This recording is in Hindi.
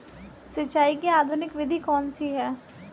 सिंचाई की आधुनिक विधि कौन सी है?